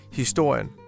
historien